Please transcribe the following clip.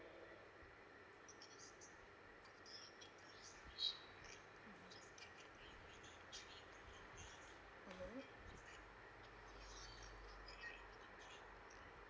mmhmm